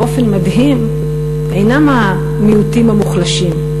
באופן מדהים אינם המיעוטים המוחלשים,